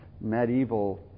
medieval